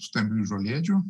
stambiųjų žolėdžių